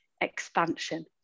expansion